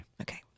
Okay